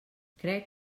crec